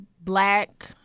black